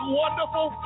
wonderful